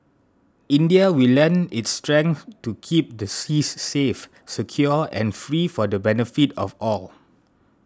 India will lend its strength to keep the seas safe secure and free for the benefit of all